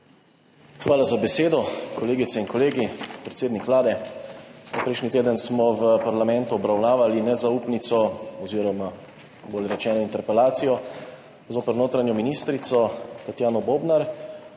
Hvala za besedo. Kolegice in kolegi, predsednik Vlade! Prejšnji teden smo v parlamentu obravnavali nezaupnico oziroma bolje rečeno interpelacijo zoper notranjo ministrico Tatjano Bobnar.